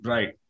Right